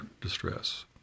distress